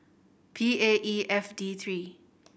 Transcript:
P A E F D three